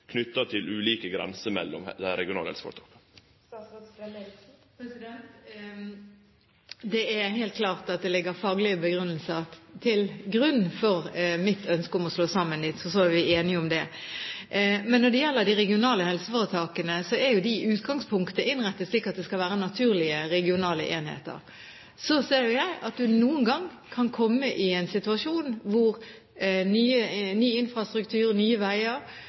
til ulike grenser mellom dei regionale helseføretaka? Det er helt klart at det er faglige begrunnelser for mitt ønske om å slå disse sammen – så er vi enige om det. Men når det gjelder de regionale helseforetakene, er de i utgangspunktet innrettet slik at det skal være naturlige regionale enheter. Så ser jo jeg at man noen ganger kan komme i en situasjon hvor ny infrastruktur, nye veier,